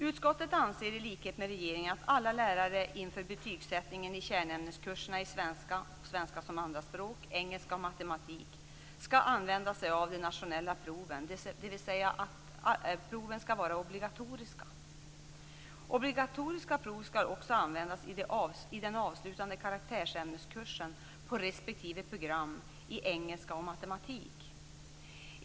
Utskottet anser i likhet med regeringen att alla lärare inför betygssättningen i kärnämneskurserna i svenska/svenska som andraspråk, engelska och matematik skall använda sig av de nationella proven, dvs. att proven skall vara obligatoriska. Obligatoriska prov skall också användas i den avslutande karaktärsämneskursen på respektive program i engelska och matematik.